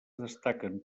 destaquen